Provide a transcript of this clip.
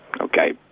Okay